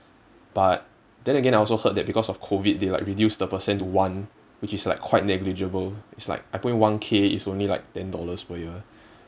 but then again I also heard that because of COVID they like reduce the percent to one which is like quite negligible it's like I put in one K it's only like ten dollars per year